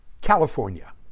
California